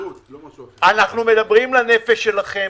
אנחנו מדברים ללב שלכם.